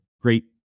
great